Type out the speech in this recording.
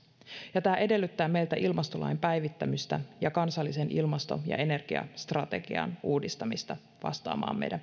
tämä edellyttää meiltä ilmastolain päivittämistä ja kansallisen ilmasto ja energiastrategian uudistamista vastaamaan meidän